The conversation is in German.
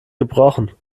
gebrochen